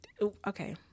okay